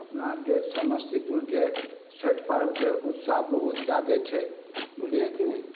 अपना अरके समस्तीपुरके छैठ पर्वके उत्साह बहुत जादे छै लेकिन